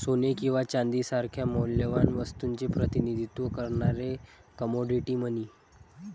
सोने किंवा चांदी सारख्या मौल्यवान वस्तूचे प्रतिनिधित्व करणारे कमोडिटी मनी